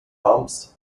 pumps